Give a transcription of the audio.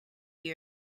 you